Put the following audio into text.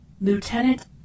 Lieutenant